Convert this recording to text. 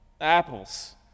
apples